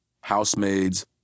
housemaids